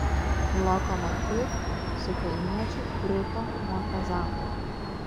lokomotiv su kalniečiu krito nuo kazachų